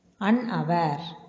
Unaware